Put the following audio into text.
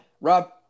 Rob